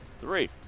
Three